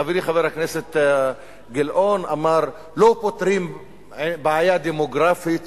חברי חבר הכנסת גילאון אמר: לא פותרים בעיה דמוגרפית